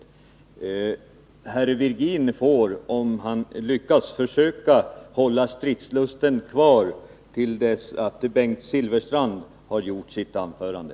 Herr Virgin får, om han kan, försöka hålla stridslusten kvar till dess att Bengt Silfverstrand har hållit sitt anförande.